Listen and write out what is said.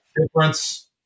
Difference